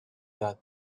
that